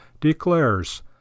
declares